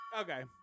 Okay